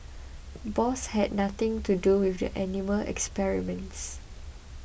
Bosch had nothing to do with the animal experiments